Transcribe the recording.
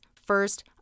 first